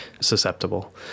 susceptible